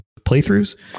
playthroughs